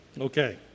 Okay